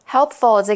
Helpful